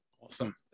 Awesome